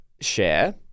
share